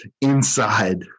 inside